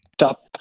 top